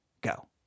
go